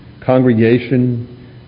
congregation